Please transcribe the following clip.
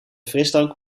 frisdrank